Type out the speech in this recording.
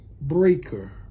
breaker